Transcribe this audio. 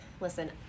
listen